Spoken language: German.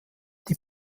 die